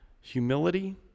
humility